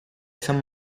san